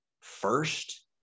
first